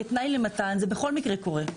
כתנאי למתן זה בכל מקרה קורה.